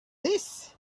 this